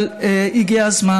אבל הגיע הזמן,